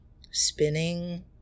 Spinning